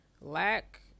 lack